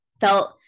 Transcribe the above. felt